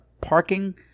parking